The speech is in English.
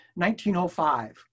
1905